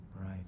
Right